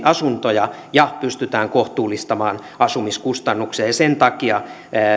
asuntoja ja pystymme kohtuullistamaan asumiskustannuksia sen takia